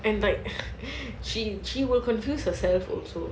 and like she she will confuse herself also